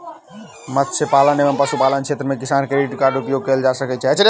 मत्स्य पालन एवं पशुपालन क्षेत्र मे किसान क्रेडिट कार्ड उपयोग कयल जा सकै छै